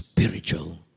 Spiritual